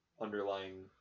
underlying